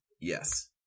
Yes